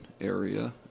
area